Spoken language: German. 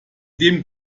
dem